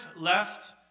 left